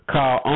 Call